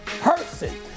person